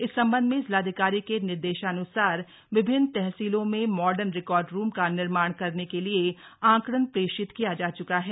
इस संबंध में जिलाधिकारी के निर्देशान्सार विभिन्न तहसीलों में मार्डन रिकार्ड रूम का निर्माण करने के लिए आंकणन प्रेषित किया जा च्का है